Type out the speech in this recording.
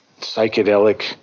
psychedelic